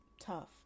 tough